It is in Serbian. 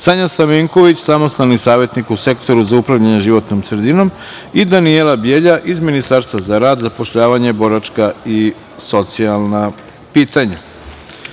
Sanja Stamenković, samostalni savetnik u Sektoru za upravljanje životnom sredinom i Danijela Bjelja iz Ministarstva za rad, zapošljavanje, boračka i socijalna pitanja. Molim